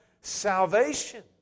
salvation